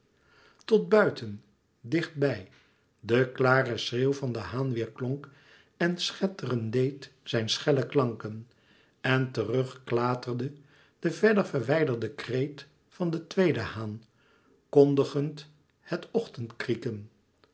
tot buiten dicht bij de klare schreeuw van den haan weêrklonk en schetteren deed zijn schelle klanken en terug klaterde de verder verwijderde kreet van den tweeden haan kondigend het